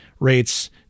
rates